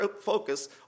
focus